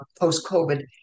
post-COVID